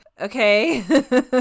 okay